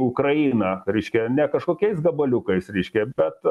ukrainą reiškia ne kažkokiais gabaliukais reiškia bet